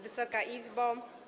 Wysoka Izbo!